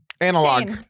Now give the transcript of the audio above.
Analog